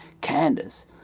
Candace